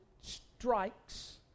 strikes